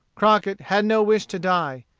crockett had no wish to die.